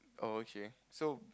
oh okay so